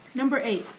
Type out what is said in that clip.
number eight.